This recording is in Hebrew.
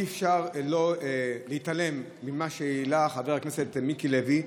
אי-אפשר להתעלם ממה שהעלה חבר הכנסת מיקי לוי.